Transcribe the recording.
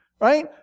Right